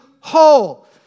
whole